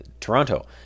Toronto